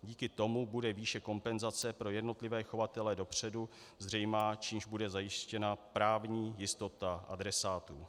Díky tomu bude výše kompenzace pro jednotlivé chovatele dopředu zřejmá, čímž bude zajištěna právní jistota adresátů.